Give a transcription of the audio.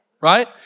right